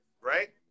right